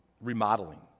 remodeling